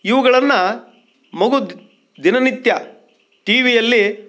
ಇವುಗಳನ್ನ ಮಗು ದ್ ದಿನನಿತ್ಯ ಟಿ ವಿಯಲ್ಲಿ